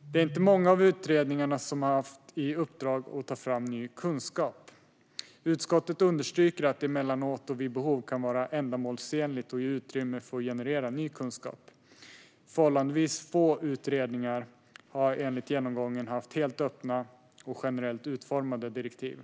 Det är inte många av utredningarna som har haft i uppdrag att ta fram ny kunskap. Utskottet understryker att det emellanåt och vid behov kan vara ändamålsenligt att ge utrymme för att generera ny kunskap. Förhållandevis få utredningar har enligt genomgången haft helt öppna och generellt utformade direktiv.